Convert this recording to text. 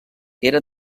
era